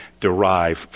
derive